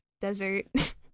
desert